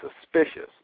suspicious